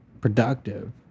productive